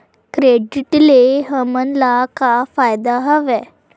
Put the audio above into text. Credit ले हमन ला का फ़ायदा हवय?